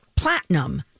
platinum